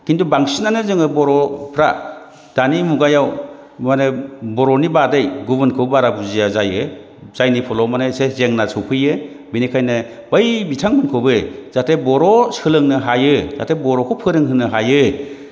खिन्थु बांसिनानो जोङो बर'फ्रा दानि मुगायाव माने बर'नि बादै गुबुनखौ बारा बुजिया जायो जायनि फलाव माने एसे जेंना सौफैयो बेनिखायनो बै बिथांमोनखौबो जाहाथे बर' सोलोंनो हायो जाहाथे बर'खौ फोरोंहोनो हायो